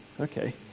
Okay